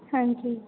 ਹਾਂਜੀ